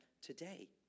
today